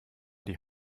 die